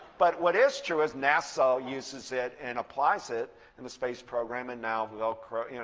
but what is true is nasa uses it and applies it in the space program, and now velcro, you know